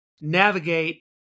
navigate